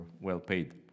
well-paid